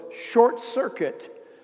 short-circuit